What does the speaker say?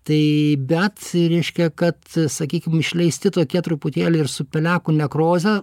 tai bet reiškia kad sakykim išleisti tokie truputėlį ir su pelekų nekroze